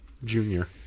junior